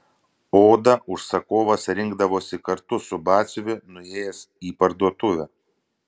odą užsakovas rinkdavosi kartu su batsiuviu nuėjęs į parduotuvę